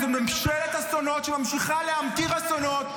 זו ממשלת אסונות שממשיכה להמטיר אסונות.